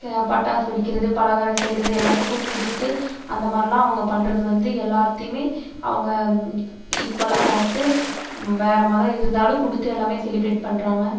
பட்டாசு வெடிக்கிறது பலகாரம் செய்யுறது எல்லாத்துக்கும் கொடுத்து அந்த மாரிலாம் அவங்க பண்ணுறது வந்து எல்லார்த்தியும் அவங்க ஈக்குவலாக பார்த்து வேறு மதம் இருந்தாலும் கொடுத்து எல்லாமே செலிபிரேட் பண்ணுறாங்க